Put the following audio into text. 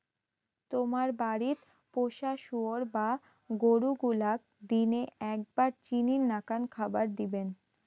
তোমার বাড়িত পোষা শুয়োর বা গরু গুলাক দিনে এ্যাকবার চিনির নাকান খাবার দিবেন